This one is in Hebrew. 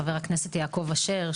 חבר הכנסת יעקב אשר,